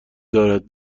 دارد